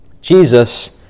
Jesus